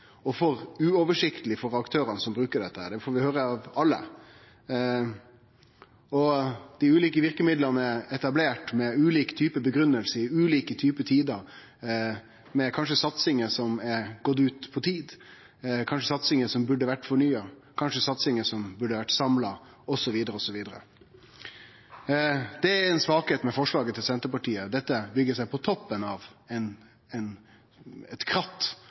og for uoversiktleg for aktørane som brukar det. Det får vi høyre av alle. Dei ulike verkemidla er etablerte med ulik type grunngiving i ulike tider, kanskje med satsingar som er utgått på dato. Kanskje dette er satsingar som burde ha vore fornya, burde ha vore samla, osv. Det er ei svakheit med forslaget til Senterpartiet – dette byggjer seg på toppen av eit kratt